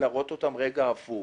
להראות אותם הפוך.